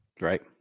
Right